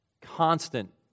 Constant